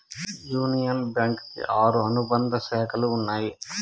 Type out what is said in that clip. union bank కి ఆరు అనుబంధ శాఖలు ఉన్నాయి